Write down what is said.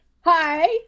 Hi